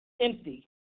empty